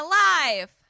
Alive